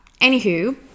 anywho